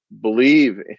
believe